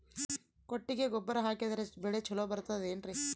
ಕೊಟ್ಟಿಗೆ ಗೊಬ್ಬರ ಹಾಕಿದರೆ ಬೆಳೆ ಚೊಲೊ ಬರುತ್ತದೆ ಏನ್ರಿ?